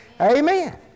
Amen